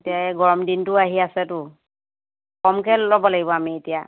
এতিয়া এই গৰম দিনটো আহি আছেতো কমকে ল'ব লাগিব আমি এতিয়া